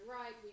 Right